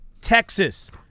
Texas